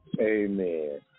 Amen